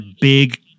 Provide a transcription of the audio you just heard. big